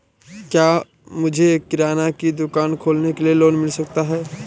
क्या मुझे किराना की दुकान के लिए लोंन मिल सकता है?